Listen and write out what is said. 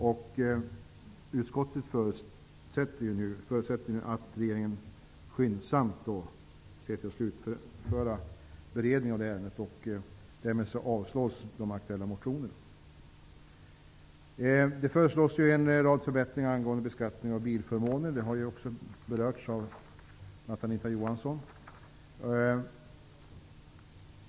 Utskottet förutsätter nu att regeringen skyndsamt ser till att slutföra beredningen av ärendet, och därmed avstyrker utskottet de aktuella motionerna. I betänkandet föreslås en rad förbättringar avseende beskattningen av bilförmåner, vilket också har berörts av bl.a. Anita Johansson.